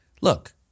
look